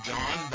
John